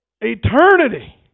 Eternity